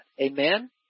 Amen